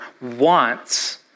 wants